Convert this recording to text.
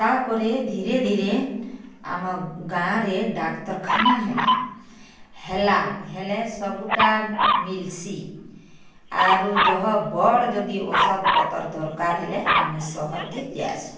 ତାପରେ ଧୀରେ ଧୀରେ ଆମ ଗାଁରେ ଡ଼ାକ୍ତରଖାନା ହେଲା ହେଲା ହେଲେ ସବୁଟା ମିଲ୍ସି ଆରୁ ଯହ ବଡ଼ ଯଦି ଓଷଧ୍ପତର୍ ଦରକାର ହେଲେ ଆମେ ସହର୍କେ ଯାଆସୁଁ